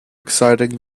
exciting